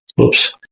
Oops